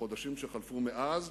ובחודשיים שחלפו מאז.